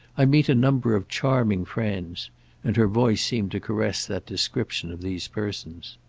i meet a number of charming friends and her voice seemed to caress that description of these persons.